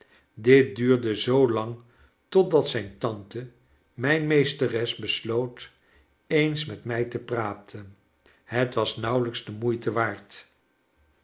dit duurde zoo lang totdat zijn tante mijn ineesteros besloot eens met mij te pratcn het was nauwclijks de moeito waard